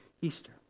Easter